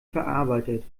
verarbeitet